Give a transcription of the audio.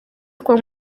kongo